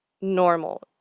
normal